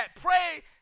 pray